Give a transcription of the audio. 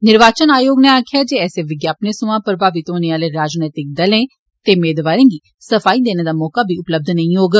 निर्वाचन आयोग नै आक्खेआ ऐ जे ऐसे विज्ञापनें सोयां प्रभावित होने आले राजनीतिक दलें ते मेदवारें गी सफाई देने दा मौका बी उपलब्य नेई होग